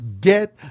Get